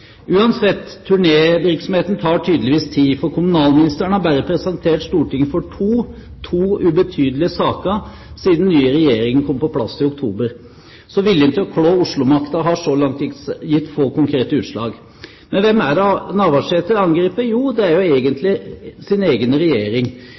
Uansett: Turnévirksomheten tar tydeligvis tid, for kommunalministeren har bare presentert Stortinget for to ubetydelige saker siden den nye regjeringen kom på plass i oktober. Så viljen til å klå Oslo-makta har så langt gitt seg få konkrete utslag. Men hvem er det Navarsete angriper? Jo, det er